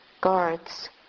guards